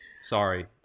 Sorry